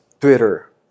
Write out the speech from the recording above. Twitter